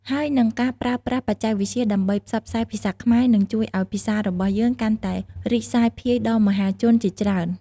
ហើយនិងការប្រើប្រាស់បច្ចេកវិទ្យាដើម្បីផ្សព្វផ្សាយភាសាខ្មែរ នឹងជួយឲ្យភាសារបស់យើងកាន់តែរីកសាយភាយដល់មហាជនជាច្រើន។